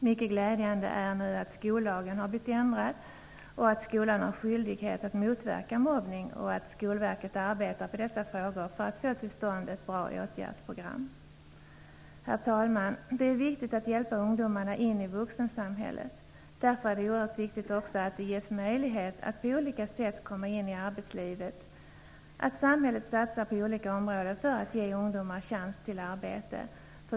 Skollagen är nu ändrad så att skolan har skyldighet att motverka mobbning. Skolverket arbetar på dessa frågor för att få till stånd ett bra åtgärdsprogram. Det är mycket glädjande. Herr talman! Det är viktigt att hjälpa ungdomarna in i vuxensamhället. Därför är det oerhört viktigt att de ges möjlighet att på olika sätt komma in i arbetslivet, att samhället satsar på olika områden för att ge ungdomar chans till arbete.